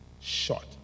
shot